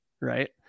right